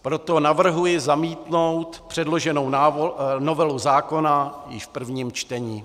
Proto navrhuji zamítnout předloženou novelu zákona již v prvním čtení.